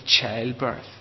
childbirth